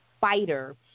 fighter